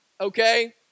okay